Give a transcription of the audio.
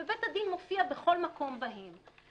ובית הדין מופיע בכל מקום בהן.